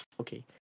okay